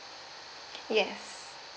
yes